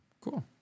Cool